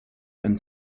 and